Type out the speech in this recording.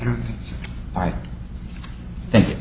and i thank